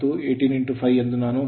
ಇದು output ಮತ್ತು ಇದು copper loss